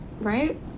right